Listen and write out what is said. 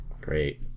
great